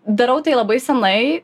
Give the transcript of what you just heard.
darau tai labai senai